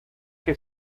que